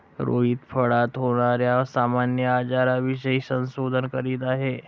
रोहित फळात होणार्या सामान्य आजारांविषयी संशोधन करीत आहे